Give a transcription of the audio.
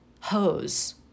hose